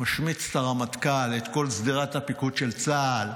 משמיץ את הרמטכ"ל, את כל שדרת הפיקוד של צה"ל,